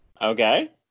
Okay